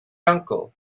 uncle